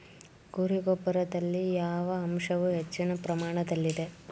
ಕುರಿ ಗೊಬ್ಬರದಲ್ಲಿ ಯಾವ ಅಂಶವು ಹೆಚ್ಚಿನ ಪ್ರಮಾಣದಲ್ಲಿದೆ?